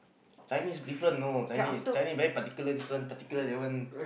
Chinese different you know Chinese very particular very particular that one